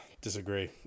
Disagree